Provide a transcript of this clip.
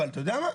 אבל אתה יודע מה?